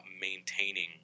maintaining